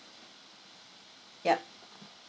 yup